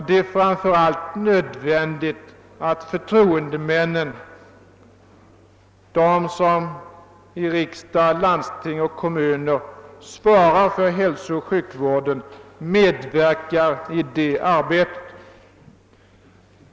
Det är framför allt nödvändigt att förtroendemännen, de som i riksdag, landsting och kommuner svarar för hälsooch sjukvården, medverkar i detta arbete.